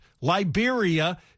Liberia